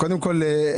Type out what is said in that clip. קודם כל,